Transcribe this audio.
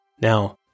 Now